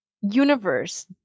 universe